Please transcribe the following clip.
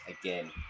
again